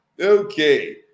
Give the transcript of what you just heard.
Okay